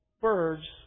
birds